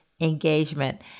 engagement